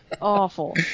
Awful